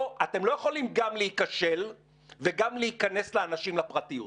אתם לא יכולים גם להיכשל וגם להיכנס לאנשים לפרטיות.